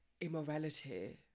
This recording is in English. immorality